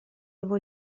его